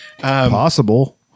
possible